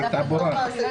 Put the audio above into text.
זה בסעיף תחבורה.